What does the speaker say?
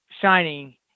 shining